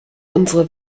unsere